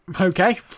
okay